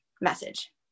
message